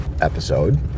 episode